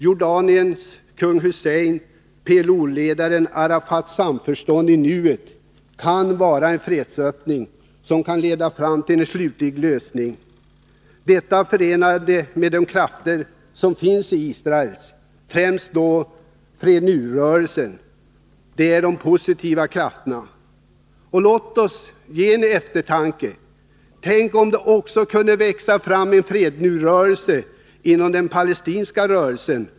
Jordaniens kung Husseins och PLO-ledaren Arafats samförstånd i nuet kan vara en fredsöppning som kan leda fram till en slutlig lösning. Detta, förenat med de krafter som finns i Israel, främst Fred Nu-rörelsen, är positiva krafter. Låt oss skänka detta litet eftertanke! Tänk om det också kunde växa fram en Fred Nu-rörelse inom den palestinska rörelsen.